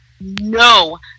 no